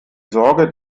sorge